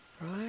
Right